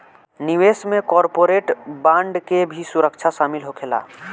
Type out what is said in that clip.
निवेश में corporate bond के भी सुरक्षा शामिल होखेला